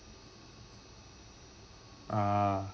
ah